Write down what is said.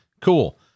Cool